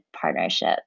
partnership